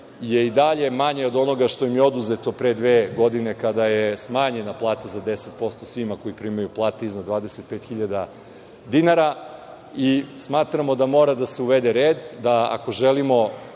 i dalje manje od onoga što im je oduzeto pre dve godine, kada je smanjenja plata za 10% svima koji primaju plate iznad 25.000 dinara. Smatramo da mora da se uvede red, da ako želimo